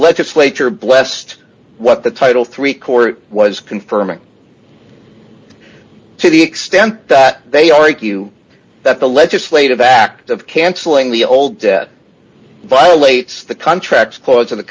legislature blessed what the title three court was confirming to the extent that they argue that the legislative act of cancelling the old debt violates the contracts clause in the